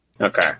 Okay